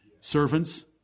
Servants